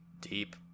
Deep